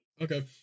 Okay